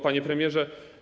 Panie Premierze!